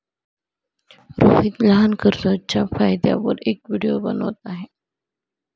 रोहित लहान कर्जच्या फायद्यांवर एक व्हिडिओ बनवत आहे